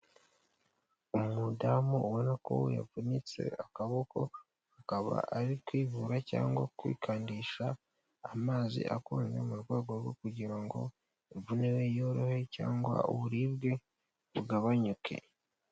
Umudamu ubona ko yavunitse akaboko, akaba ari kwivura cyangwa kwikandisha amazi akonje, mu rwego rwo kugira ngo imvune ye yorohe cyangwa uburibwe bugabanyuke.